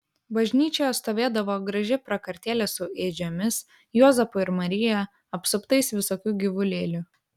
bažnyčioje stovėdavo graži prakartėlė su ėdžiomis juozapu ir marija apsuptais visokių gyvulėlių